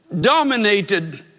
dominated